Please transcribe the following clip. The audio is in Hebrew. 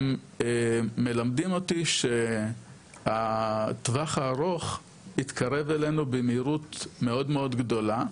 הם מלמדים אותי שהטווח הארוך התקרב אלינו במהירות מאוד מאוד גדולה.